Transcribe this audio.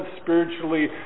spiritually